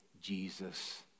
Jesus